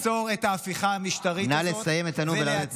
תודה